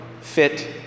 fit